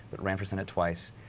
but ran for senate twice,